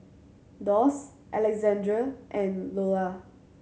Doss Alexandre and Lulla